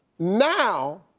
now,